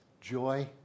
Joy